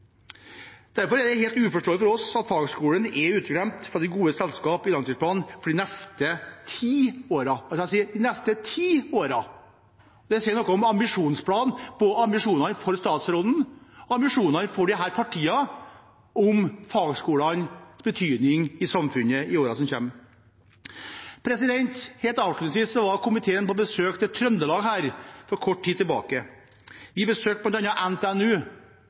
Derfor er det helt uforståelig for oss at fagskolene er uteglemt fra det gode selskap i langtidsplanen for de neste ti årene – de neste ti årene. Det sier noe om ambisjonsplanen, om ambisjonen til statsråden og ambisjonen til disse partiene for fagskolenes betydning i samfunnet i årene som kommer. Helt avslutningsvis: Komiteen var på et besøk til Trøndelag for kort tid tilbake. Vi